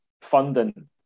funding